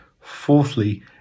Fourthly